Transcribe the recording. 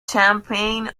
champagne